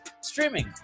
streaming